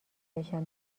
بشم